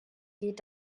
geht